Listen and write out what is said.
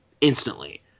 instantly